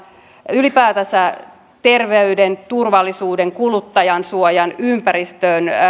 ylipäätänsä terveyteen turvallisuuteen kuluttajansuojaan ympäristöön